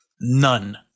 None